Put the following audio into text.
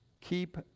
Keep